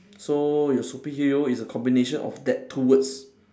so your superhero is a combination of that two words